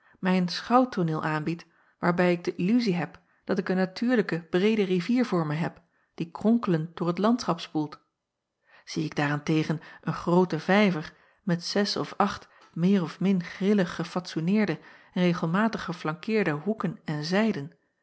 mij een schouwtooneel aanbiedt waarbij ik de illuzie heb dat ik een natuurlijke breede rivier voor mij heb die kronkelend door het landschap spoelt ie ik daar-en-tegen een grooten vijver met zes of acht meer of min grillig gefatsoeneerde en regelmatig geflankeerde hoeken en zijden